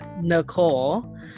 Nicole